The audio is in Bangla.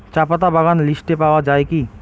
চাপাতা বাগান লিস্টে পাওয়া যায় কি?